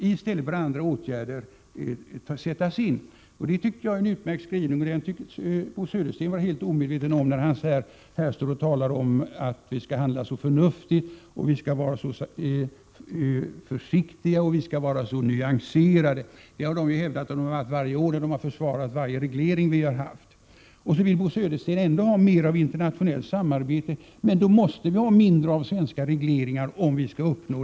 I stället bör andra åtgärder sättas in. Detta är en utmärkt skrivning, men den tycks Bo Södersten vara helt omedveten om, när han står här och talar om att vi skall handla så förnuftigt, att vi skall vara så försiktiga och så nyanserade. Det har man hävdat varje år när man försvarat varje reglering vi har haft. Så vill Bo Södersten ändå ha mer av internationellt samarbete. Men om vi skall uppnå detta måste vi ha mindre av svenska regleringar.